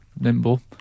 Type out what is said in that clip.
Nimble